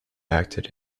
acted